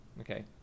Okay